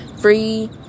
free